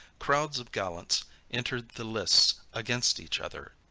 crowds of gallants entered the lists against each other.